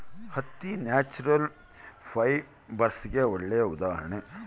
ಹತ್ತಿ ನ್ಯಾಚುರಲ್ ಫೈಬರ್ಸ್ಗೆಗೆ ಒಳ್ಳೆ ಉದಾಹರಣೆ